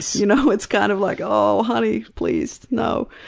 you know it's kind of like, oh honey, please no.